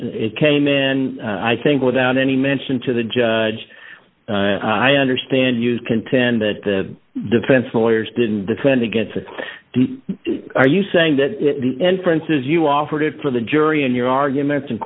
in came in i think without any mention to the judge i understand use contend that the defense lawyers didn't defend against it are you saying that the inference is you offered it for the jury in your arguments and